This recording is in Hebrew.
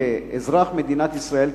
כאזרח מדינת ישראל,